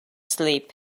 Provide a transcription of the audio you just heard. sleep